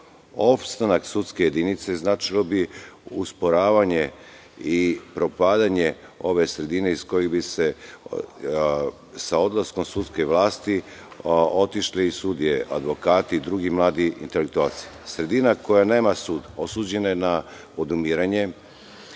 misiju. Opstanak sudske jedinice značilo bi usporavanje i propadanje ove sredine iz koje bi, sa odlaskom sudske vlasti, otišle i sudije, advokati i drugi mladi intelektualci. Sredina koja nema sud osuđena je na odumiranje,